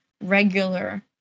regular